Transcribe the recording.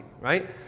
right